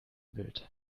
bild